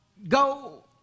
Go